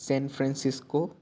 San Francisco